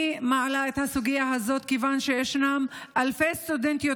אני מעלה את הסוגיה הזאת כיוון שישנן אלפי סטודנטיות